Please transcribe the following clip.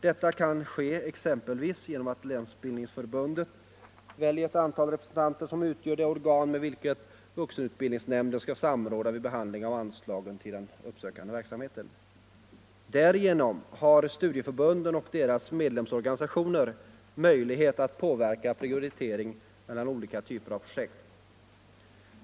Detta kan ske exempelvis genom att = Vuxenutbildningen, länsbildningsförbundet väljer ett antal representanter som utgör det organ — m.m. med vilket vuxenutbildningsnämnden skall samråda vid behandling av anslagen till uppsökande verksamhet. Därigenom har studieförbunden och deras medlemsorganisationer möjlighet att påverka prioriteringen mellan olika typer av projekt.